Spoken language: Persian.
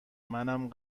منم